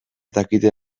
dakite